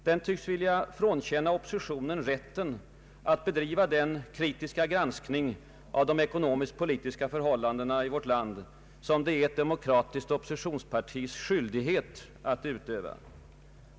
Den tycks vilja frånkänna oppositionen rätten att bedriva den kritiska granskning av de ekonomisk-politiska förhållandena i vårt land som det är ett demokratiskt oppositionspartis skyldighet att utöva.